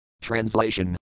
Translation